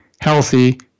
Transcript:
healthy